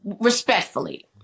respectfully